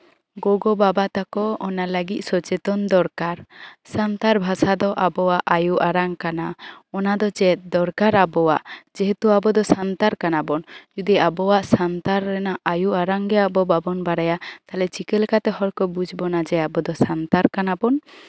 ᱜᱚᱜᱚ ᱵᱟᱵᱟ ᱛᱟᱠᱚ ᱚᱱᱟ ᱞᱟ ᱜᱤᱫ ᱥᱚᱪᱮᱛᱚᱱ ᱫᱚᱨᱠᱟᱨ ᱥᱟᱱᱛᱟᱲ ᱵᱷᱟᱥᱟ ᱫᱚ ᱟᱵᱚᱣᱟᱜ ᱟᱭᱳ ᱟᱲᱟᱝ ᱠᱟᱱᱟ ᱚᱱᱟ ᱫᱚ ᱪᱮᱫ ᱫᱚᱨᱠᱟᱨ ᱟᱵᱚᱣᱟᱜ ᱡᱮᱦᱮᱛᱩ ᱟᱵᱚ ᱫᱚ ᱥᱟᱱᱛᱟᱲ ᱠᱟᱱᱟ ᱵᱚᱱ ᱡᱚᱫᱤ ᱟᱵᱚᱣᱟᱜ ᱥᱟᱱᱛᱟᱲ ᱨᱮᱱᱟᱜ ᱟᱭᱩ ᱟᱲᱟᱝ ᱜᱮ ᱟᱵᱚ ᱵᱟᱵᱚᱱ ᱵᱟᱲᱟᱭᱟ ᱛᱟᱦᱚᱞᱮ ᱪᱤᱠᱟᱹ ᱞᱮᱠᱟᱛᱮ ᱦᱚᱲᱠᱚ ᱵᱩᱡᱽ ᱵᱚᱱᱟ ᱡᱮ ᱟᱵᱚ ᱫᱚ ᱥᱟᱱᱛᱟᱲ ᱠᱟᱱᱟ ᱵᱚᱱ